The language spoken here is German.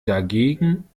dagegen